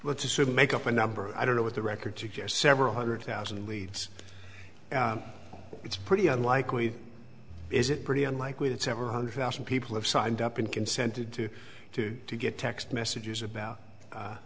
let's assume make up a number i don't know what the record suggests several hundred thousand leads it's pretty unlikely is it pretty unlikely that several hundred thousand people have signed up in consented to to get text